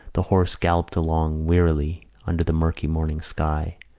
the horse galloped along wearily under the murky morning sky,